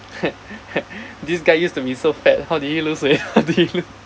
this guy used to be so fat how did he lose weight how did he lose